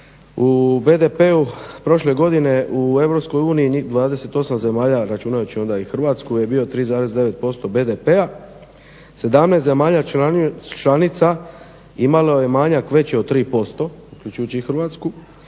u BDP-u prošle godine u EU 28 zemalja računajući onda i Hrvatsku je bio 3,9% BDP-a, 17 zemalja članica imalo je manjak već od 3% uključujući i Hrvatsku,